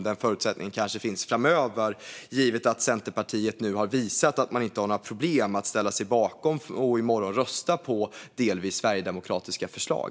Kanske finns ändå en förutsättning framöver givet att Centerpartiet nu har visat att man inte har några problem med att ställa sig bakom och i morgon rösta på delvis sverigedemokratiska förslag.